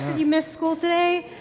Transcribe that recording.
you missed school today.